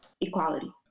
equality